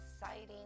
exciting